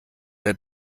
der